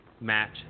match